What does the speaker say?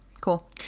cool